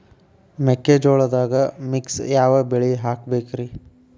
ಮೆಕ್ಕಿಜೋಳದಾಗಾ ಮಿಕ್ಸ್ ಯಾವ ಬೆಳಿ ಹಾಕಬೇಕ್ರಿ?